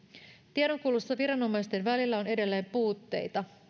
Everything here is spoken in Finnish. tiedonkulussa viranomaisten välillä on edelleen puutteita